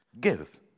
give